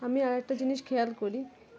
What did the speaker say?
আমি আরেকটা জিনিস খেয়াল করি